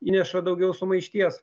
įneša daugiau sumaišties